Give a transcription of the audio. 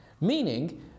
meaning